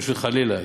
חלילה,